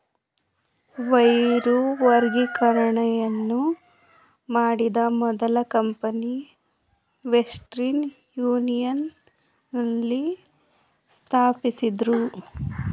wire ವರ್ಗಾವಣೆಯನ್ನು ಮಾಡಿದ ಮೊದಲ ಕಂಪನಿ ವೆಸ್ಟರ್ನ್ ಯೂನಿಯನ್ ನಲ್ಲಿ ಸ್ಥಾಪಿಸಿದ್ದ್ರು